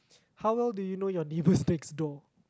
how well do you know your neighbors next door